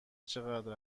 چقدر